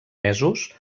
mesos